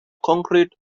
concrete